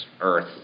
earth